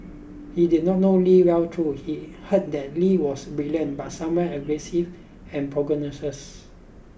he did not know Lee well though he heard that Lee was brilliant but somewhere aggressive and pugnacious